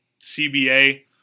CBA